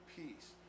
peace